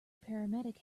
paramedic